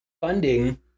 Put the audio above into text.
funding